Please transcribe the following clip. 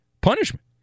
punishment